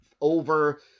over